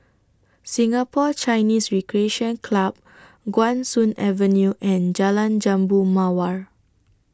Singapore Chinese Recreation Club Guan Soon Avenue and Jalan Jambu Mawar